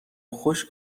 خشک